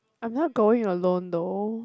I'm not going alone though